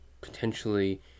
potentially